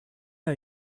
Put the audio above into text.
are